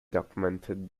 documented